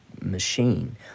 machine